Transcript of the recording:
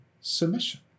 submission